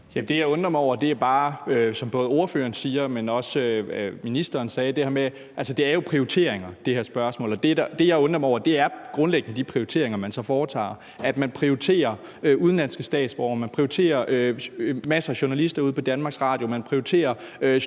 det, jeg undrer mig over, er bare, som ordføreren siger, men som også ministeren sagde, det her med, at det her spørgsmål jo altså handler om prioriteringer. Og det, jeg undrer mig over, er grundlæggende de prioriteringer, man så foretager, altså at man prioriterer udenlandske statsborgere, at man prioriterer masser af journalister i DR, at man prioriterer støtte